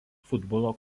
futbolo